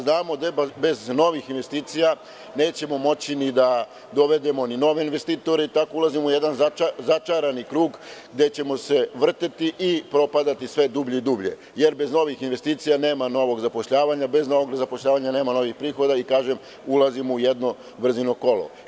Znamo da bez novih investicija nećemo moći ni da dovedemo nove investitore i tako ulazimo u jedan začarani krug, gde ćemo se vrteti i propadati sve dublje i dublje, jer bez novih investicija nema novog zapošljavanja, a bez novog zapošljavanja nema novih prihoda i ulazimo u jedno vrzino kolo.